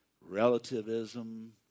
relativism